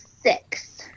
six